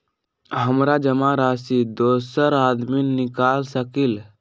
हमरा जमा राशि दोसर आदमी निकाल सकील?